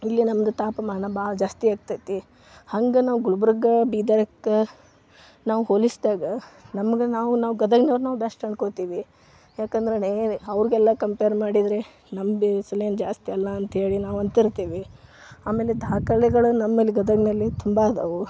ಇಲ್ಲಿ ನಮ್ಮದು ತಾಪಮಾನ ಭಾಳ್ ಜಾಸ್ತಿ ಆಗ್ತದೆ ಹಾಗೆ ನಾವು ಗುಲಬರ್ಗ ಬೀದರಕ್ಕೆ ನಾವು ಹೋಲಿಸಿದಾಗ ನಮ್ಗೆ ನಾವು ನಾವು ಗದಗಿನವ್ರು ಬೆಸ್ಟ್ ಅಂದ್ಕೋತೀವಿ ಯಾಕಂದರೆ ಅವರಿಗೆಲ್ಲ ಕಂಪೇರ್ ಮಾಡಿದರೆ ನಮ್ಮ ಬಿಸಿಲೇನು ಜಾಸ್ತಿ ಅಲ್ಲ ಅಂತ್ಹೇಳಿ ನಾವು ಅಂತಿರ್ತೀವಿ ಆಮೇಲೆ ದಾಖಲೆಗಳು ನಮ್ಮಲ್ಲಿ ಗದಗಿನಲ್ಲಿ ತುಂಬ ಅದಾವು